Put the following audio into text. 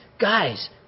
guys